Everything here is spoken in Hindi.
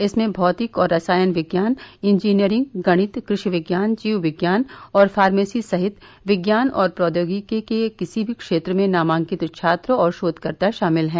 इसमे भौतिक और रसायन विज्ञान इंजीनियरिंग गणित कृषि विज्ञान जीव विज्ञान और फार्मेसी सहित विज्ञान और प्रौद्योगिकी के किसी भी क्षेत्र में नामांकित छात्र और शोधकर्ता शामिल हैं